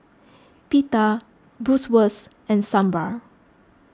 Pita Bratwurst and Sambar